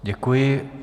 Děkuji.